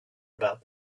about